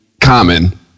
common